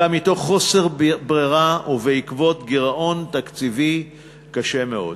אלא מתוך חוסר ברירה ובעקבות גירעון תקציבי קשה מאוד.